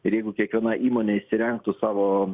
ir jeigu kiekviena įmonė įsirengtų savo